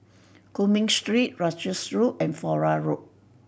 Cumming Street Russels Road and Flora Road